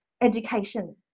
education